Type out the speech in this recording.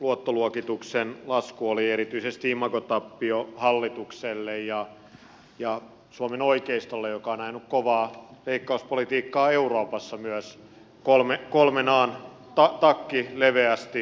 luottoluokituksen lasku oli erityisesti imagotappio hallitukselle ja suomen oikeistolle joka on ajanut kovaa leikkauspolitiikkaa myös euroopassa kolmen an takki leveästi auki